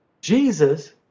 Jesus